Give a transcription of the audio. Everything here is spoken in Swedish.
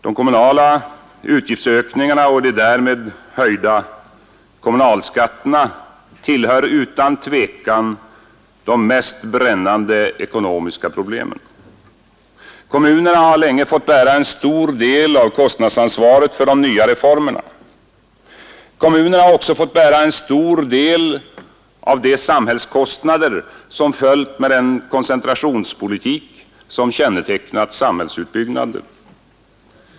De kommunala utgiftsökningarna och de därmed höjda kommunalskatterna tillhör utan tvivel de mest brännande ekonomiska problemen. Kommunerna har länge fått bära en stor del av kostnadsansvaret för de nya reformerna. Kommunerna har också fått bära en stor del av de sam hällskostnader som följt med den koncentrationspolitik som kännetecknar samhällsutbyggnaden.